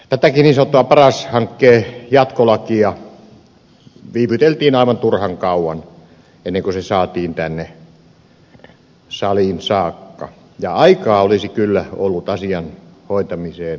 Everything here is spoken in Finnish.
tätäkin niin sanottua paras hankkeen jatkolakia viivyteltiin aivan turhan kauan ennen kuin se saatiin tänne saliin saakka ja aikaa olisi kyllä ollut asian hoitamiseen riittävästi